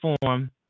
form